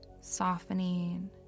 softening